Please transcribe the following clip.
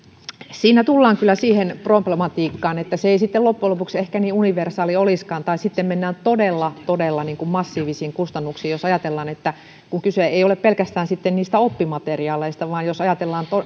siinä tullaan kyllä siihen problematiikkaan että se ei sitten loppujen lopuksi ehkä niin universaali olisikaan tai sitten mennään todella todella massiivisiin kustannuksiin kun ajatellaan että kyse ei ole pelkästään niistä oppimateriaaleista vaan jos ajatellaan